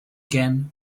again